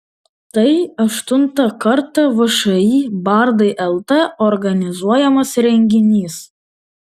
tai aštuntą kartą všį bardai lt organizuojamas renginys